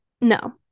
No